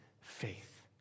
faith